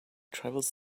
travels